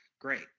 Great